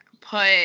put